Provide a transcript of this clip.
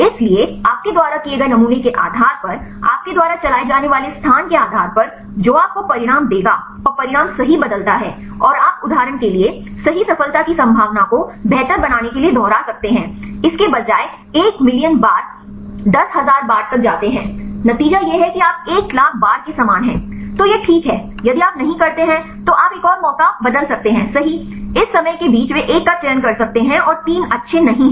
इसलिए आपके द्वारा किए गए नमूने के आधार पर आपके द्वारा चलाए जाने वाले स्थान के आधार पर जो आपको परिणाम देगा और परिणाम सही बदलता है और आप उदाहरण के लिए सही सफलता की संभावना को बेहतर बनाने के लिए दोहरा सकते हैं इसके बजाय एक मिलियन बार 10000 बार तक जाते हैं नतीजा यह है कि आप एक लाख बार के समान हैं तो यह ठीक है यदि आप नहीं करते हैं तो आप एक और मौका सही बदल सकते हैं इस समय के बीच वे एक का चयन कर सकते हैं और 3 अच्छे नहीं हैं